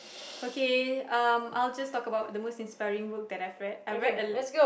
okay um I'll just talk about the most inspiring book that I've read I've read a